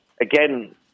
again